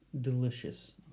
delicious